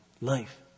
life